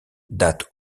date